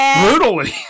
Brutally